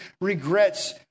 regrets